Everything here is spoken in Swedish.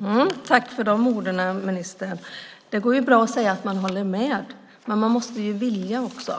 Herr talman! Tack för de orden, ministern! Det går ju bra att säga att man håller med, men man måste vilja också.